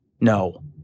No